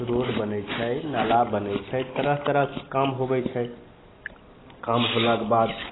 road बनै छै नाला बनै छै तरह तरहके काम होबै छै काम होलाके बाद